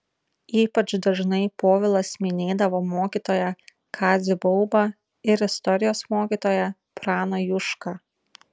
ypač dažnai povilas minėdavo mokytoją kazį baubą ir istorijos mokytoją praną jušką